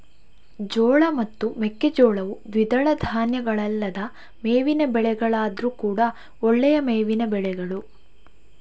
ಜೋಳ ಮತ್ತು ಮೆಕ್ಕೆಜೋಳವು ದ್ವಿದಳ ಧಾನ್ಯಗಳಲ್ಲದ ಮೇವಿನ ಬೆಳೆಗಳಾದ್ರೂ ಕೂಡಾ ಒಳ್ಳೆಯ ಮೇವಿನ ಬೆಳೆಗಳು